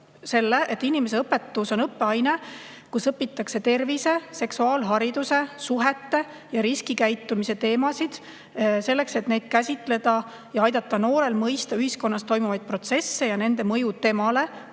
et inimeseõpetus on õppeaine, kus õpitakse tervise, seksuaalhariduse, suhete ja riskikäitumise teemasid, selleks et neid käsitleda ja aidata noorel mõista ühiskonnas toimuvaid protsesse ja nende mõju temale,